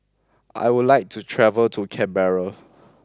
I would like to travel to Canberra